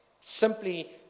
simply